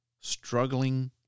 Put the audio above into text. struggling